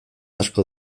asko